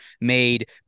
made